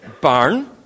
barn